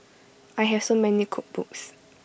I have so many cookbooks